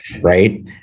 right